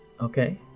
okay